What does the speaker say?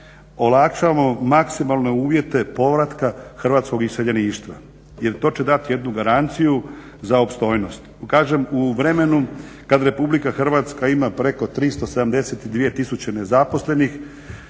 olakšamo maksimalno uvjete povratka hrvatskog iseljeništva jer to će dati jednu garanciju za opstojnost. Kažem u vremenu kad RH ima preko 372 000 nezaposlenih.